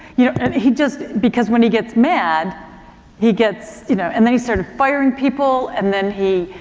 you know, and he just, because when he gets mad he gets, you know, and then he started firing people and then he,